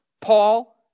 Paul